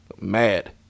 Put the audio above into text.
Mad